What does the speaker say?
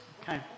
Okay